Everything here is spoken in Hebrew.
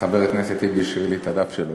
חבר הכנסת טיבי השאיר לי את הדף שלו,